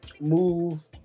move